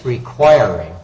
require